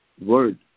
word